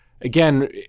again